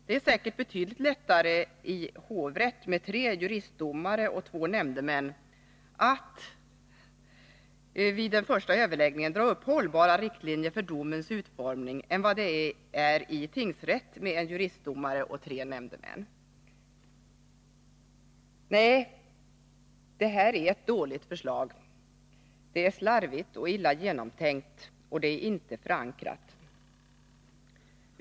Det är säkert betydligt lättare i hovrätt, med tre juristdomare och två nämndemän, att vid den första överläggningen dra upp hållbara riktlinjer för en doms utformning än vad det är i tingsrätt, med en juristdomare och tre nämndemän. Detta är ett dåligt förslag. Det är slarvigt, illa genomtänkt och dessutom inte förankrat.